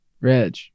Reg